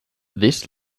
this